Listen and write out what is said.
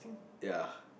ya